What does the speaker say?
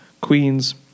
Queens